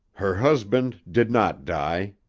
her husband did not die,